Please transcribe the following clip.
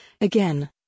Again